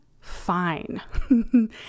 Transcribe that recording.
fine